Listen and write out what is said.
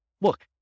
look